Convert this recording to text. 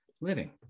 living